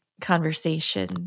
conversation